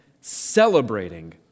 celebrating